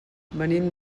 venim